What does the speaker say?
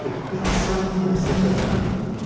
et personne ne s'étonna